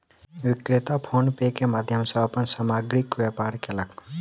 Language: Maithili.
विक्रेता फ़ोन पे के माध्यम सॅ अपन सामग्रीक व्यापार कयलक